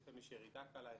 לפעמים יש ירידה קלה,